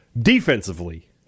defensively